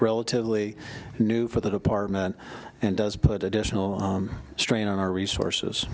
relatively new for the department and does put additional strain on our resources